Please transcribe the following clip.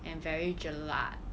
and very jelak